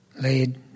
laid